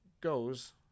goes